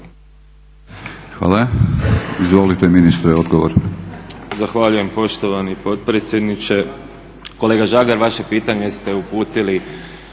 **Jakovina, Tihomir (SDP)** Zahvaljujem poštovani potpredsjedniče. Kolega Žagar, vaše pitanje ste uputili